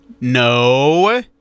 No